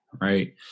right